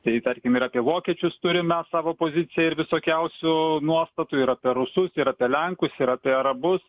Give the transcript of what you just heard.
tai tarkim ir apie vokiečius turim mes savo poziciją ir visokiausių nuostatų ir apie rusų ir apie lenkus ir apie arabus